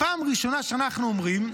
פעם ראשונה שאנחנו אומרים,